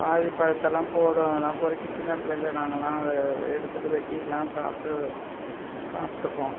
பாதி பழதெல்லாம் போடும் அதெல்லாம் பொறுக்கி சின்ன பிள்ளையில் நாங்கெல்லாம் அதை எடுத்துகிட்டு வெட்டியெலாம் சாப்பிட்டு சாப்பிட்ருக்கோம்